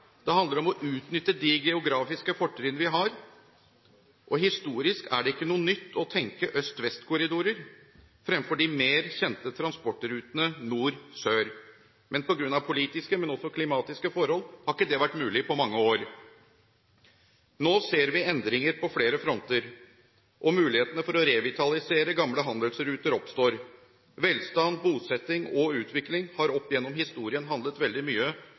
Det handler om å utnytte de geografiske fortrinnene vi har. Historisk er det ikke noe nytt å tenke øst–vest-korridorer fremfor de mer kjente transportrutene nord–sør. Men på grunn av politiske, men også klimatiske forhold har ikke det vært mulig på mange år. Nå ser vi endringer på flere fronter, og muligheter for å revitalisere gamle handelsruter oppstår. Velstand, bosetting og utvikling har opp gjennom historien handlet veldig mye